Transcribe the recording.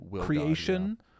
creation